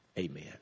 Amen